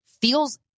feels